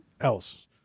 else